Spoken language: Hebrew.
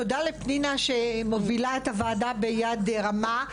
תודה לפנינה שמובילה את הוועדה ביד רמה.